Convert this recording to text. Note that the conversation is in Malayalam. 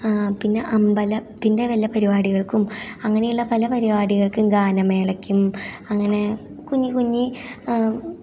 പിന്നെ അമ്പലത്തിന്റെ വല്ല പരിപാടികൾക്കും അങ്ങനെയുള്ള പല പരിപാടിക്കൽകും ഗാനമേളയ്ക്കും അങ്ങനെ കുഞ്ഞി കുഞ്ഞി